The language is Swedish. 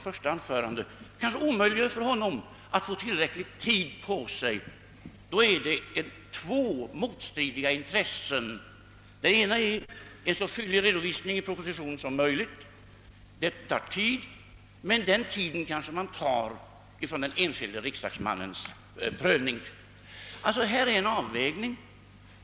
Om man sålunda tillgodoser önskemålet om en sådan kanske den tid detta tar inkräktar på den enskilde riksdagsmannens tid för prövning.